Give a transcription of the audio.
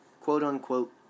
quote-unquote